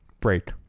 Break